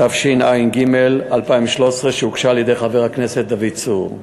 התשע"ג 2013, שהוגשה על-ידי חבר הכנסת דוד צור.